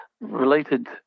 related